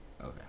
Okay